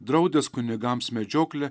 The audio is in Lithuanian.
draudęs kunigams medžioklę